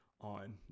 on